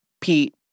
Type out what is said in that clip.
Pete